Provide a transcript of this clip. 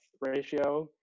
ratio